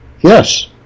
Yes